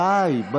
די, די, די.